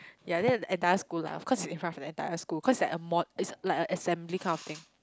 ya then the entire school laugh cause it's in front of the entire school cause it's like a mod is like a assembly kind of thing